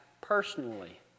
personally